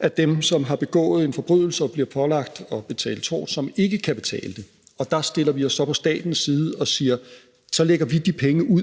af dem, som har begået en forbrydelse og bliver pålagt at betale tort, som ikke kan betale det. Og der stiller vi os så på statens side og siger, at så lægger vi de penge ud